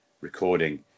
recording